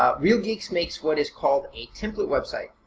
ah real geeks makes what is called a template website,